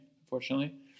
unfortunately